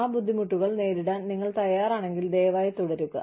ആ ബുദ്ധിമുട്ടുകൾ നേരിടാൻ നിങ്ങൾ തയ്യാറാണെങ്കിൽ ദയവായി തുടരുക